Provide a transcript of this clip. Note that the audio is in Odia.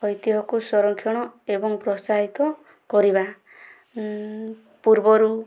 ଐତିହକୁ ସଂରକ୍ଷଣ ଏବଂ ପ୍ରୋତ୍ସାହିତ କରିବା ପୂର୍ବରୁ